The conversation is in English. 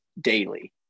daily